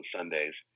Sundays